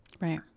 Right